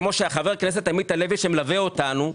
כמו שחבר הכנסת עמית הלוי שמלווה אותנו,